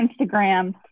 Instagram